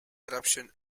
eruption